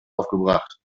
aufgebracht